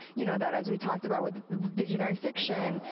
you know that as we talked about with visionary fiction,